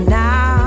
now